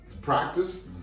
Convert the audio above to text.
practice